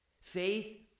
Faith